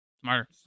smarter